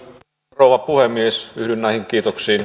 rouva puhemies yhdyn näihin kiitoksiin